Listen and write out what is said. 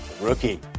Rookie